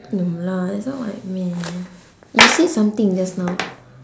no lah that's not what I meant you said something just now